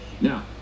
Now